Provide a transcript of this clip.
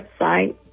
website